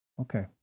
Okay